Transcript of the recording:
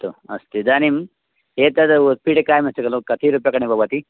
अस्तु अस्तु इदानीम् एतद् उत्पीठिकास्ति खलु कति रूप्यकाणि भवन्ति